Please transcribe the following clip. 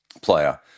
player